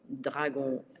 dragon